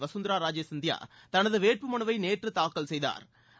வகந்த்ரா ராஜே சிந்தியா தனது வேட்பு மனுவை நேற்று தாக்கல் செய்தாா்